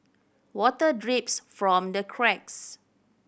water drips from the cracks